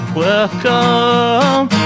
welcome